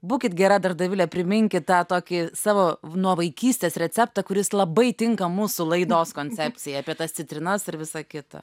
būkit gera dar dovile priminkit tą tokį savo nuo vaikystės receptą kuris labai tinka mūsų laidos koncepcijai apie tas citrinas ir visa kita